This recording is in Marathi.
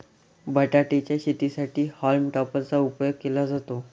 बटाटे च्या शेतीसाठी हॉल्म टॉपर चा उपयोग केला जातो